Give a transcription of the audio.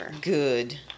Good